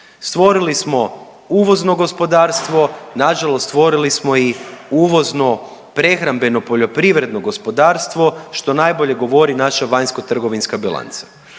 Stvorili smo uvozno gospodarstvo, nažalost stvorili smo i uvozno prehrambeno poljoprivredno gospodarstvo što najbolje govori naša vanjskotrgovinska bilanca.